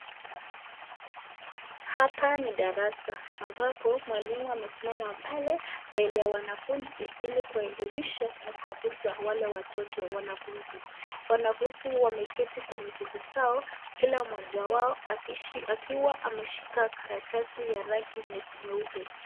Hapa ni darasa ambapo mwalimu amesimama pale mbele ya wanafunzi ili kuwaelimisha na kuwafunza wale watoto wanafunzi. Wanafunzi wameketi kwenye viti zao kila mmoja wao akiwa ameshika karatasi ya rangi nyeupe.